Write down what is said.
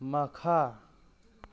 ꯃꯈꯥ